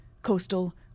Coastal